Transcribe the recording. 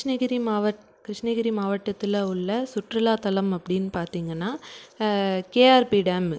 கிருஷ்ணகிரி மாவட்ட கிருஷ்ணகிரி மாவட்டத்தில் உள்ள சுற்றுலா தலம் அப்படீன்னு பார்த்திங்கன்னா கே ஆர் பி டேமு